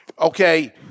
Okay